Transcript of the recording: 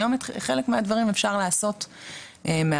היום את חלק מהדברים אפשר לעשות מהבית.